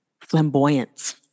flamboyance